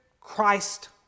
Christ